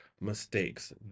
mistakes